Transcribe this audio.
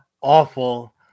awful